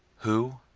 who,